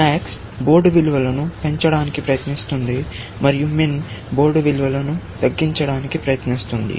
MAX board విలువను పెంచడానికి ప్రయత్నిస్తుంది మరియు MIN బోర్డు విలువను తగ్గించడానికి ప్రయత్నిస్తుంది